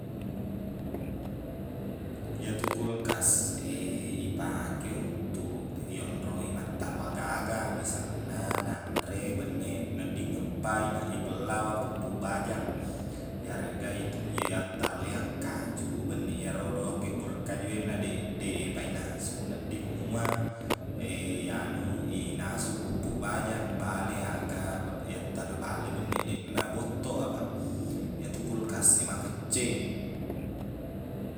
Iyatu kulkas e ipake untuk iyonroi mattaro aga-aga misalna nanre benneq nedding empa ina- ipella puppuq bajang iyareqga it- iyattaroi akkaju benneq erodo akkebbureng kaju e nadeq- depa inasu nedding mua inasu puppuq bajang bale aga beq- yattaroi bale benneq deqna bottoq apaq iyatu kulkas e makecceq i